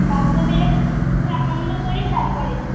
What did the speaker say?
বান্ধবীরা মিলে একটু আনন্দ করি তারপরে